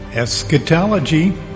Eschatology